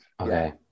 Okay